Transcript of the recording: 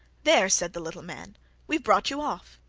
there! said the little man we've brought you off!